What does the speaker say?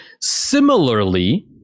similarly